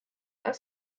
are